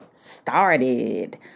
started